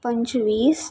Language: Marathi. पंचवीस